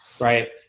right